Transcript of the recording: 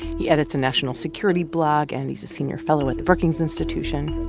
he edits a national security blog, and he's a senior fellow at the brookings institution